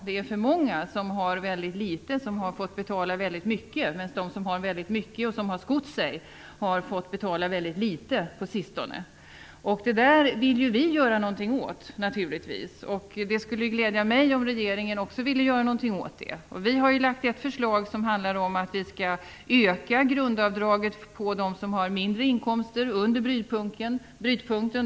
Det är för många som har väldigt litet som har fått betala väldigt mycket, medan de som har väldigt mycket och som har skott sig har fått betala väldigt litet på sistone. Det där vill vi göra någonting åt, naturligtvis. Det skulle glädja mig om regeringen också ville göra något åt det. Vi har lagt fram ett förslag som handlar om att vi skall öka grundavdraget för dem som har mindre inkomster, under brytpunkten.